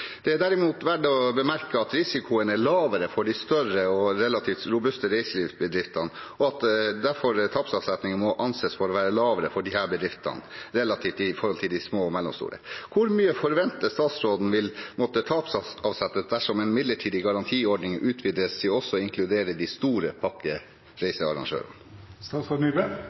Det er derimot verd å bemerke at risikoen er lavere for de større og relativt robuste reiselivsbedriftene, og at tapsavsetningen derfor må anses for å være lavere for disse bedriftene enn for de små og mellomstore. Hvor mye forventer statsråden vil måtte tapsavsettes dersom en midlertidig garantiordning utvides til også å inkludere de store